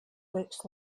looks